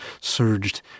surged